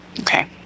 Okay